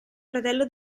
fratello